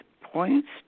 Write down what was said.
points